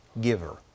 giver